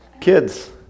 kids